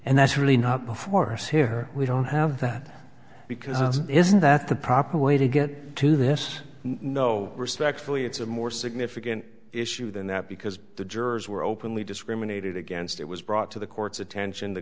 and that's really not before us here we don't have that because isn't that the proper way to get to this no respectfully it's a more significant issue than that because the jurors were openly discriminated against it was brought to the court's attention the